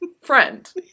friend